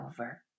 over